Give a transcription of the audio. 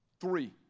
Three